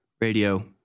radio